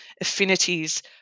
affinities